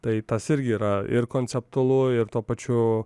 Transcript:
tai tas irgi yra ir konceptualu ir tuo pačiu